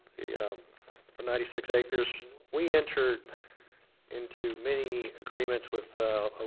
the um the ninety six acres. we entered into many agreements with ah